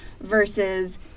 versus